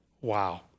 wow